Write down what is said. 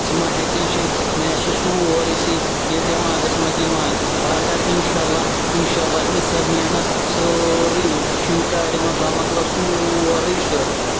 ژٕ ما ہےٚ ٹٮ۪نشَن مےٚ ہا چھِ سورُسٕے یہِ دٮ۪ماغَس منٛز یِوان بہٕ ہا کَرٕ اِنشاء اللہ اِنشاء ییٖژاہ محنت سورُے چھُ مےٚکاڈٮ۪ن منٛز بہٕ ہا مَکلاوٕ سورُے سُہ